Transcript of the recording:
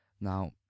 Now